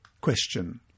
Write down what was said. Question